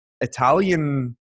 Italian